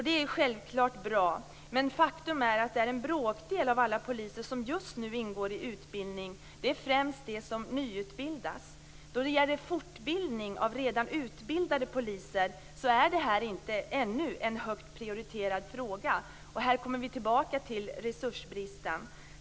Det är självklart bra, men faktum är att det är en bråkdel av alla poliser som just nu ingår i utbildning. Det är främst de som nyutbildas. Då det gäller fortbildning av redan utbildade poliser är detta ännu inte en högt prioriterad fråga. Här kommer vi tillbaka till resursbristen.